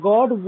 God